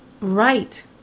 right